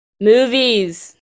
Movies